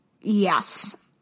Yes